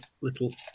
little